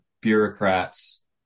bureaucrats